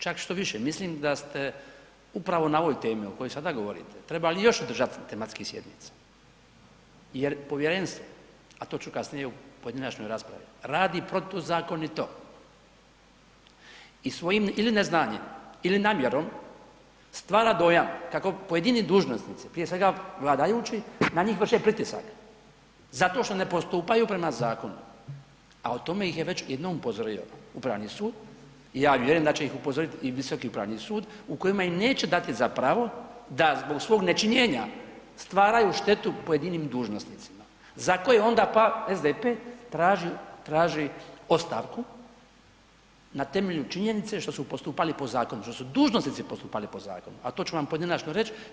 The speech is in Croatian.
Čak štoviše mislim da ste upravo na ovoj temi o kojoj sada govorite trebali još održati tematskih sjednica jer povjerenstvo, a to ću kasnije u pojedinačnoj raspravi radi protuzakonito i svojim ili neznanjem ili namjerom stvara dojam kako pojedini dužnosnici, prije svega vladajući na njih vrše pritisak zato što ne postupaju prema zakonu, a o tome ih je već jednom upozorio Upravni sud i ja vjerujem da će ih upozoriti i Visoki upravni sud u kojima im neće dati zapravo da zbog svog nečinjenja stvaraju štetu pojedinim dužnosnicima za koje onda pa SDP traži, traži ostavku na temelju činjenice što su postupali po zakonu, što su dužnosnici postupali po zakonu, al to ću vam pojedinačno reći.